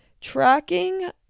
tracking